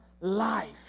life